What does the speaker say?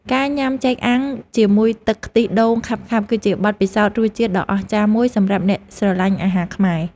ការញ៉ាំចេកអាំងជាមួយទឹកខ្ទិះដូងខាប់ៗគឺជាបទពិសោធន៍រសជាតិដ៏អស្ចារ្យមួយសម្រាប់អ្នកស្រឡាញ់អាហារខ្មែរ។